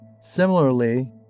Similarly